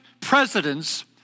presidents